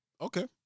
Okay